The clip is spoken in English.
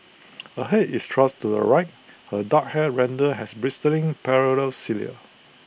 her Head is thrust to the right her dark hair rendered has bristling parallel cilia